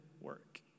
work